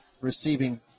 receiving